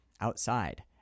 outside